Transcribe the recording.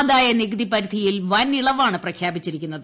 ആദായനികുതി പരിധിയിൽ വൻ ഇളവാണ് പ്രഖ്യാപിച്ചിരിക്കുന്നത്